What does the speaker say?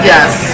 Yes